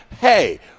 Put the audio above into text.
Hey